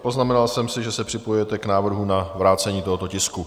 Poznamenal jsem si, že se připojujete k návrhu na vrácení tohoto tisku.